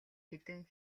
хэдэн